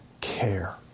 care